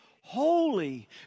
holy